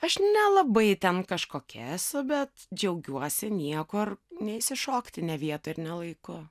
aš nelabai ten kažkokia esu bet džiaugiuosi niekur neišsišokti ne vietoj ir ne laiku